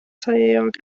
taeog